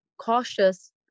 cautious